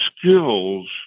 skills